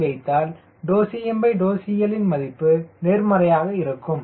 c ஐ வைத்தால் cmcL ன் மதிப்பு நேர்மறையாக இருக்கும்